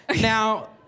Now